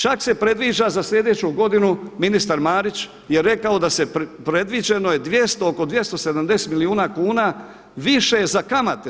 Čak se predviđa za slijedeću godinu ministar Marić je rekao da se predviđeno je oko 270 milijuna kuna više za kamate.